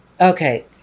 okay